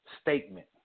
statement